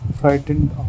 frightened